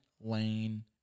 lane